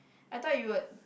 I thought you would